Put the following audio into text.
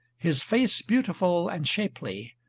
his face beautiful and shapely,